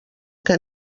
que